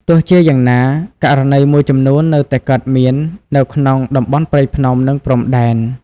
ទោះជាយ៉ាងណា ករណីមួយចំនួននៅតែកើតមាននៅក្នុងតំបន់ព្រៃភ្នំ និងព្រំដែន។